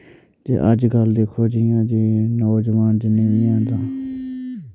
ते अजकल दिक्खो जि'यां जे नौजोआन जिन्ने बी हैन तां